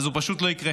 אז הוא פשוט לא יקרה.